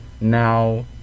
Now